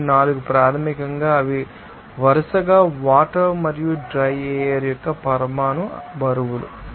4 ప్రాథమికంగా అవి వరుసగా వాటర్ మరియు డ్రై ఎయిర్ యొక్క పరమాణు బరువులు